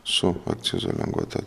su akcizo lengvata